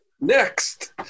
Next